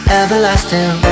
everlasting